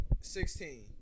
sixteen